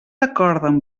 acorden